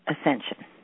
ascension